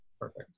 Perfect